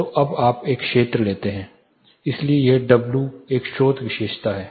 तो अब आप एक क्षेत्र लेते हैं इसलिए यह W I W एक स्रोत विशेषता है